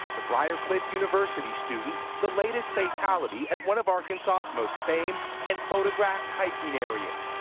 the briar cliff university student the latest fatality at one of arkansas's most famed and photographed hiking areas,